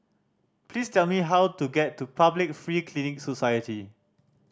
please tell me how to get to Public Free Clinic Society